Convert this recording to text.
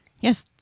Yes